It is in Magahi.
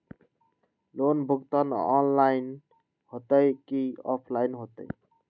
लोन भुगतान ऑनलाइन होतई कि ऑफलाइन होतई?